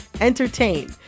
entertain